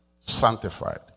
sanctified